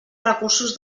recursos